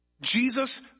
Jesus